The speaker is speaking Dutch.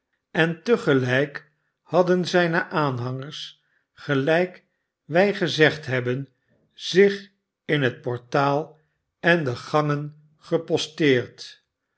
en te gelijk hadden zijne aanhangers gelijk wij gezegd hebben zich in het portaal en de gangen geposteerd